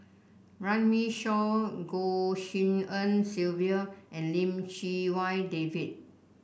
Runme Shaw Goh Tshin En Sylvia and Lim Chee Wai David